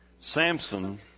Samson